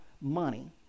money